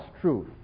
truth